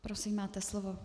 Prosím, máte slovo.